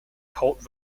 cult